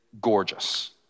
gorgeous